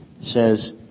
says